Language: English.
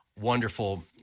wonderful